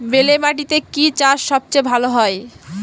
বেলে মাটিতে কি চাষ সবচেয়ে ভালো হয়?